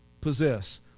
possess